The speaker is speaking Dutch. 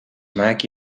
maak